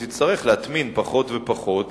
היא תצטרך להטמין פחות ופחות